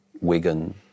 Wigan